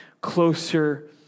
closer